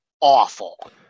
awful